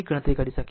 ની ગણતરી કરી શકીએ